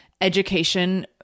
education